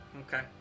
Okay